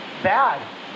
bad